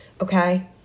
Okay